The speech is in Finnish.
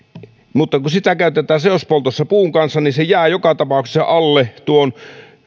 mutta kun sitä käytetään seospoltossa puun kanssa niin se jää joka tapauksessa alle